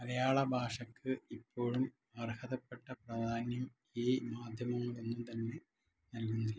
മലയാള ഭാഷക്ക് ഇപ്പോഴും അർഹതപെട്ട പ്രാധാന്യം ഈ മാധ്യമങ്ങൾ ഒന്നും തന്നെ നൽകുന്നില്ല